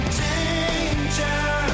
danger